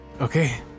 Okay